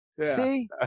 See